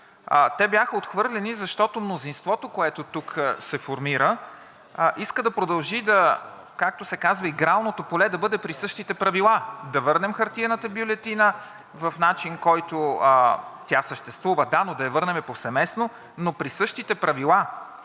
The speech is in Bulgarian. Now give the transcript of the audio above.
Те бяха отхвърлени, защото мнозинството, което тук се формира, иска да продължи да, както се казва, игралното поле да бъде при същите правила – да върнем хартиената бюлетина в начин, който, тя съществува, да, но да я върнем повсеместно, но при същите правила.